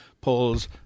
polls